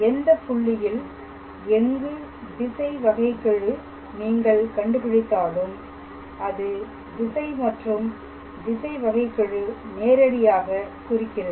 எந்த புள்ளியில் எங்கு திசை வகைக்கெழு நீங்கள் கண்டுபிடித்தாலும் அது திசை மற்றும் திசை வகைக்கெழு நேரடியாக குறிக்கிறது